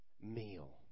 meal